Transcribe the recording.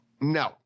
No